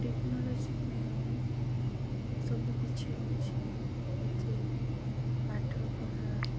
ଟେକ୍ନୋଲୋଜିକୁ ନେଇ ସବୁ କିିଛି ହଉଛି ଯେଉଁଥିରେ କିି ପାଠପଢ଼ା